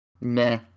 meh